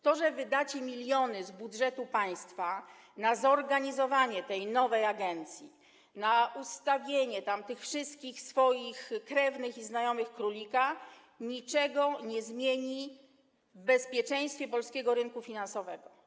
To, że wydacie miliony z budżetu państwa na zorganizowanie nowej agencji, na ustawienie tam tych wszystkich swoich krewnych i znajomych królika, niczego nie zmieni w bezpieczeństwie polskiego rynku finansowego.